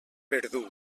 verdú